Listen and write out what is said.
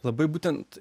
labai būtent